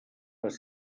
les